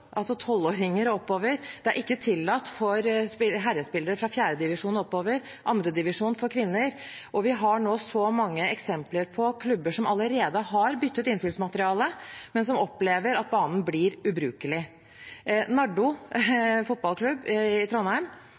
tolvåringer og oppover. Det er ikke tillatt for herrespillere fra 4. divisjon og oppover, 2. divisjon for kvinner, og vi har nå så mange eksempler på klubber som allerede har byttet innfyllsmateriale, men som opplever at banen blir ubrukelig. Nardo Fotballklubb i Trondheim